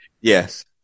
Yes